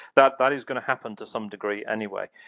that that is going to happen to some degree anyway.